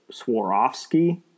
Swarovski